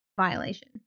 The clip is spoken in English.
violation